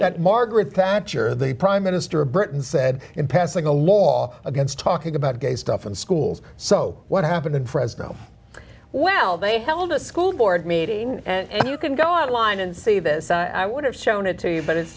that margaret thatcher the prime minister of britain said in passing a law against talking about gay stuff in schools so what happened in fresno well they held a school board meeting and you can go online and see this i would have shown it to you but it's